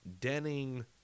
Denning